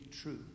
true